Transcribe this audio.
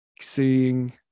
seeing